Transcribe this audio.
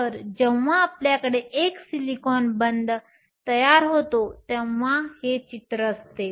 तर जेव्हा आपल्याकडे एक सिलिकॉन बंध तयार होतो तेव्हा हे चित्र असते